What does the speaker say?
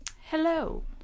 Hello